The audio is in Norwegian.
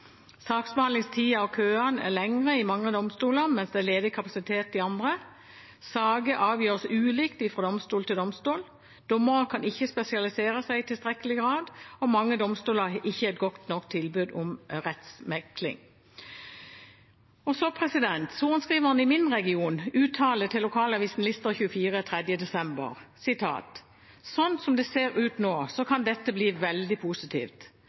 og køene er lengre ved mange av domstolene, mens det er ledig kapasitet ved andre, saker avgjøres ulikt fra domstol til domstol, dommere kan ikke spesialisere seg i tilstrekkelig grad, og mange domstoler har ikke et godt nok tilbud om rettsmekling. Sorenskriveren i min region uttaler til lokalavisen Lister den 3. desember: «Sånn det ser ut nå, kan dette bli en veldig positivt.